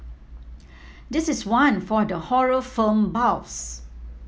this is one for the horror film buffs